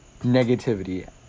negativity